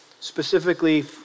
specifically